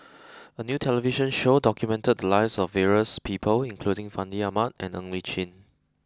a new television show documented the lives of various people including Fandi Ahmad and Ng Li Chin